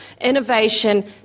Innovation